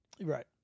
Right